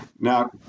Now